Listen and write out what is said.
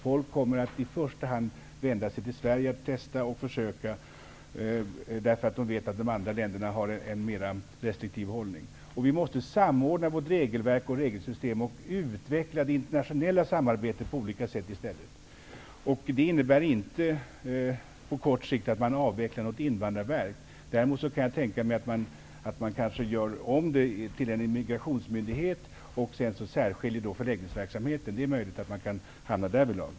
Folk kommer att vända sig till Sverige i första hand, eftersom de vet att andra länder har en mer restriktiv hållning. I stället måste vi samordna vårt regelverk och regelsystem och utveckla det internationella samarbetet på olika sätt. Det innebär på kort sikt inte att man avvecklar något invandrarverk. Däremot kan jag tänka mig att man kanske gör om det till en immigrationsmyndighet och särskiljer förläggningsverksamheten. Det är möjligt.